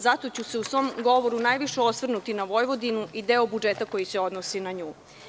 Zato ću se u svom govoru najviše osvrnuti na Vojvodinu i deo budžeta koji se odnosi na nju.